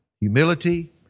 humility